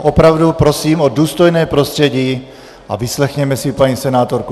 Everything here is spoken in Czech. Opravdu prosím o důstojné prostředí a vyslechněme si paní senátorku!